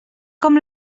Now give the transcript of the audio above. com